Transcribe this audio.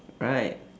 right